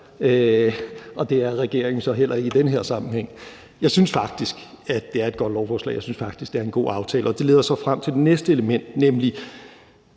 og det er regeringen så heller ikke i den her sammenhæng. Jeg synes faktisk, at det er et godt lovforslag, jeg synes faktisk, det er en god aftale. Det leder mig så frem til det næste element. Flere